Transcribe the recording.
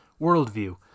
worldview